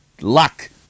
luck